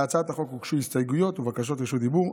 להצעת החוק הוגשו הסתייגויות ובקשות רשות דיבור.